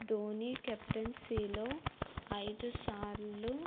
ధోని కెప్టెన్సీలో ఐదు సార్లు